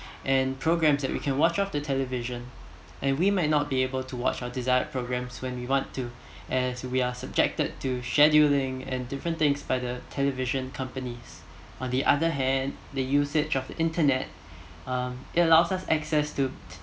and programs that we can watch off the television and we might not be able to watch the desired programs when we wanted to and we are subjected to scheduling and different things by the television companies on the other hand the usage of internet um it allow us access to